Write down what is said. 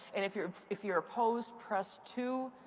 and if you're if you're opposed, press two.